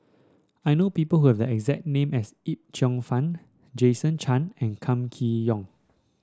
I know people who have the exact name as Yip Cheong Fun Jason Chan and Kam Kee Yong